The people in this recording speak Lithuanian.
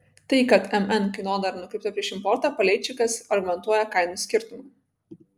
tai kad mn kainodara nukreipta prieš importą paleičikas argumentuoja kainų skirtumu